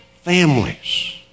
families